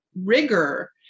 rigor